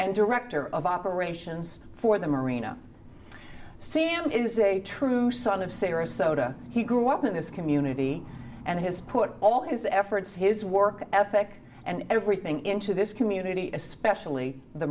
and director of operations for the marino sam is a true son of sayer a soda he grew up in this community and has put all his efforts his work ethic and everything into this community especially the